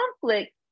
conflict